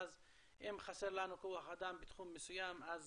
ואז אם חסר לנו כוח אדם בתחום מסוים אז